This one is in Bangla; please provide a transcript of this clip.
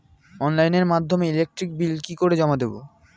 অনলাইনের মাধ্যমে ইলেকট্রিক বিল কি করে জমা দেবো?